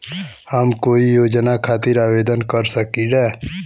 हम कोई योजना खातिर आवेदन कर सकीला?